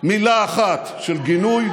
מילה אחת של גינוי.